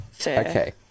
Okay